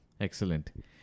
Excellent